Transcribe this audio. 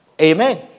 Amen